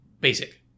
Basic